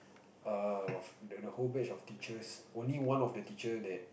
err the whole batch of teachers only one of the teacher that